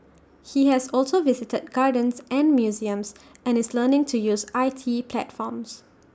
he has also visited gardens and museums and is learning to use I T platforms